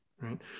right